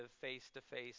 face-to-face